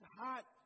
hot